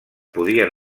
podien